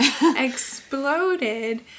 exploded